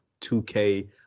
2K